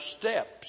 Steps